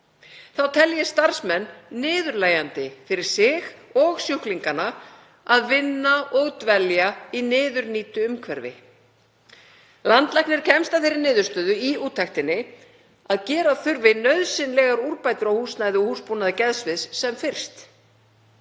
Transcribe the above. Þá telji starfsmenn niðurlægjandi fyrir sig og sjúklingana að vinna og dvelja í niðurníddu umhverfi. Landlæknir kemst að þeirri niðurstöðu í úttektinni að gera þurfi nauðsynlegar úrbætur á húsnæði og húsbúnaði geðsviðs sem fyrst.